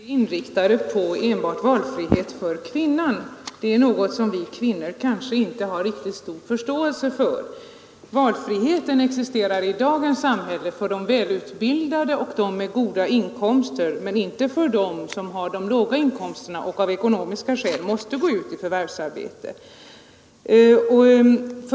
Herr talman! Herr Henmark menade att samhällets åtgärder är inriktade på valfrihet enbart för kvinnan. Det är något som vi kvinnor kanske inte riktigt förstår. Valfriheten existerar i dagens samhälle för de välutbildade och för dem med goda inkomster men inte för dem som har låga inkomster och som av ekonomiska skäl måste gå ut i förvärvsarbete.